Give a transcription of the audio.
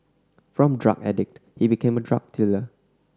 from drug addict he became a drug dealer